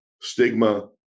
stigma